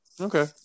Okay